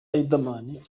riderman